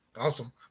Awesome